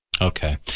Okay